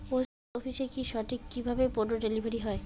Post অফিসে কি সঠিক কিভাবে পন্য ডেলিভারি হয়?